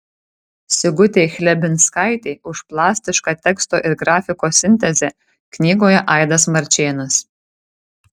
sigutei chlebinskaitei už plastišką teksto ir grafikos sintezę knygoje aidas marčėnas